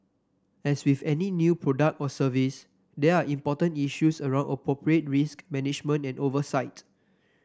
as with any new product or service there are important issues around appropriate risk management and oversight